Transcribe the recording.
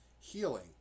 Healing